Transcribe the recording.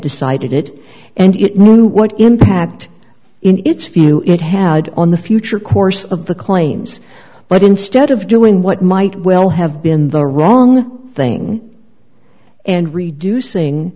decided it and it knew what impact in its view it had on the future course of the claims but instead of doing what might well have been the wrong thing and reducing